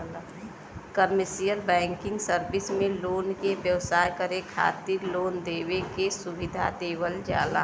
commercial banking service में लोगन के व्यवसाय करे खातिर लोन देवे के सुविधा देवल जाला